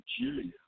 Nigeria